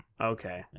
Okay